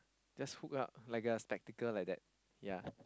just hook up like a spectacle like that ya